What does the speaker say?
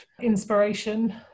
inspiration